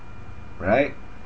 right